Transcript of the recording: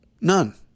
None